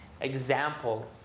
example